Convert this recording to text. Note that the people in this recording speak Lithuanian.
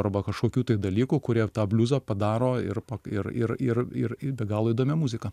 arba kažkokių tai dalykų kurie tą bliuzą padaro ir ir ir ir ir be galo įdomia muzika